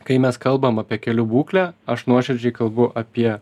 kai mes kalbam apie kelių būklę aš nuoširdžiai kalbu apie